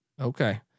Okay